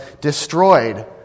destroyed